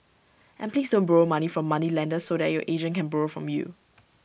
and please don't borrow money from moneylenders so that your agent can borrow from you